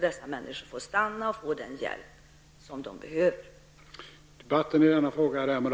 Dessa människor måste få stanna och få den hjälp som de behöver.